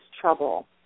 trouble